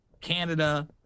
Canada